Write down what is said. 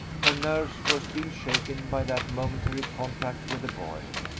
her nerves were still shaken by that momentary contact with the boy.